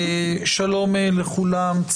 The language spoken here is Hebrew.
שלום לכולם,